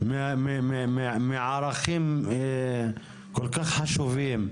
מערכים כל כך חשובים.